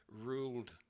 ruled